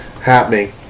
happening